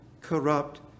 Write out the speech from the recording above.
corrupt